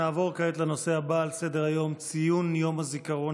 נעבור כעת לנושא הבא על סדר-היום: ציון יום הזיכרון